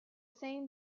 same